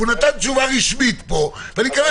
הוא נתן פה תשובה רשמית, ואני מקווה